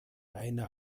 eine